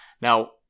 Now